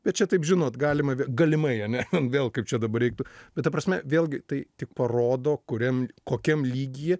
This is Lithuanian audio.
bet čia taip žinot galima galimai ane vėl kaip čia dabar reiktų bet ta prasme vėlgi tai tik parodo kuriam kokiam lygyje